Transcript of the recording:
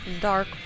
dark